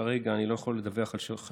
כרגע אני לא יכול לדווח על חשודים,